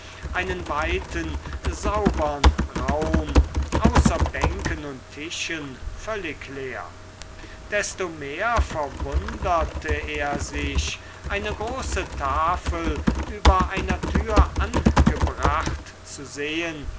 einen weiten saubern raum außer bänken und tischen völlig leer desto mehr verwunderte er sich eine große tafel über einer türe angebracht zu sehen